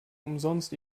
umsonst